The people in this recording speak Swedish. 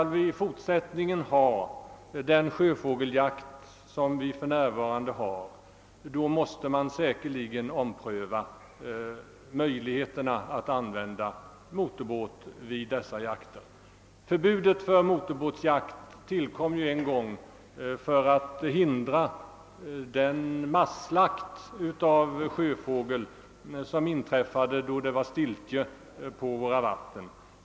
Om vi i fortsättningen skall ha den sjöfågeljakt som för närvarande bedrivs, måste vi säkerligen ompröva möjligheterna att använda motorbåt. Förbudet mot motorbåtsjakt tillkom en gång för att hindra den masslakt av sjöfågel som inträffade då det var stiltje på våra vatten.